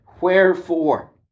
wherefore